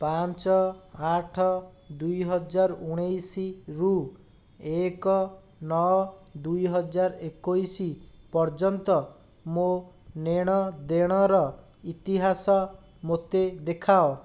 ପାଞ୍ଚ ଆଠ ଦୁଇହଜାର ଉଣେଇଶିରୁ ଏକ ନଅ ଦୁଇହଜାର ଏକୋଇଶି ପର୍ଯ୍ୟନ୍ତ ମୋ ନେ'ଣ ଦେ'ଣର ଇତିହାସ ମୋତେ ଦେଖାଅ